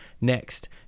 Next